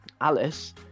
Alice